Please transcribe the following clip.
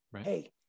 hey